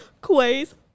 Quay's